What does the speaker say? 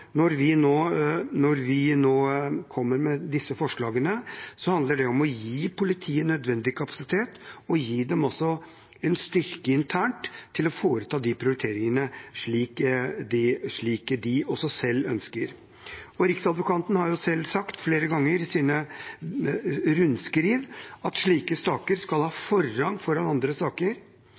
Når vi nå kommer med disse forslagene, handler det om å gi politiet nødvendig kapasitet og også en styrke internt til å foreta de prioriteringene, slik de også selv ønsker. Riksadvokaten har selv sagt flere ganger i sine rundskriv at slike saker skal ha forrang foran andre saker.